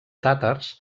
tàtars